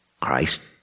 Christ